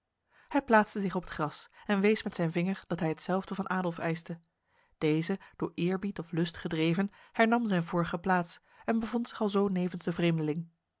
hij plaatste zich op het gras en wees met zijn vinger dat hij hetzelfde van adolf eiste deze door eerbied of lust gedreven hernam zijn vorige plaats en bevond zich alzo nevens de vreemdeling